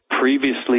previously